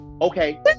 okay